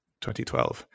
2012